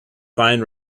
fine